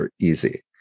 easy